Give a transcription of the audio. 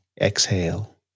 exhale